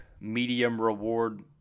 medium-reward